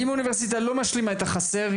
אם אוניברסיטה לא משלימה את החסר,